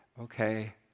okay